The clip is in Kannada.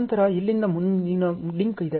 ನಂತರ ಇಲ್ಲಿಂದ ಮುಂದಿನ ಲಿಂಕ್ ಇದೆ